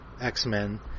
X-Men